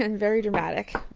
and very dramatic. i